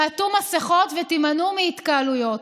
תעטו מסכות ותימנעו מהתקהלויות.